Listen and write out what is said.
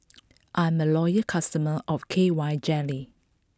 I'm a loyal customer of K Y Jelly